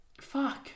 fuck